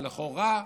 אבל לכאורה,